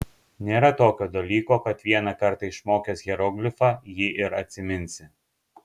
nėra tokio dalyko kad vieną kartą išmokęs hieroglifą jį ir atsiminsi